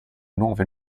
nuove